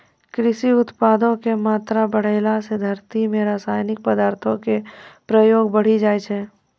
कृषि उत्पादो के मात्रा बढ़ैला से धरती मे रसायनिक पदार्थो के प्रयोग बढ़ि जाय छै